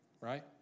right